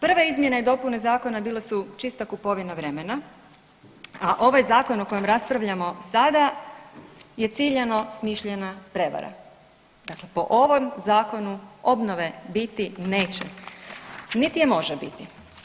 Prve izmjene i dopune zakona bile su čista kupovina vremena, a ovaj zakon o kojem raspravljamo sada je ciljano smišljena prevara, dakle po ovom zakonu obnove biti neće, niti je može biti.